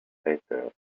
better